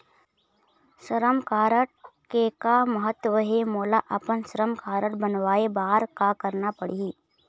श्रम कारड के का महत्व हे, मोला अपन श्रम कारड बनवाए बार का करना पढ़ही?